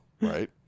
right